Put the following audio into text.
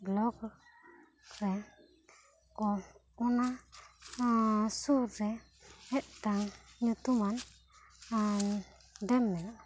block ᱨᱮ ᱠᱚ ᱚᱱᱟ ᱥᱩᱨ ᱨᱮ ᱢᱤᱫᱴᱟᱝ ᱧᱩᱛᱩᱢᱟᱱ ᱰᱮᱢ ᱢᱮᱱᱟᱜ ᱟ